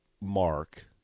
Mark